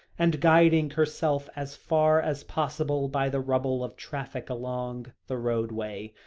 and guiding herself as far as possible by the rumble of traffic along the roadway,